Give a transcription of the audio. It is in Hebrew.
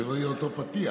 שלא יהיה אותו פתיח.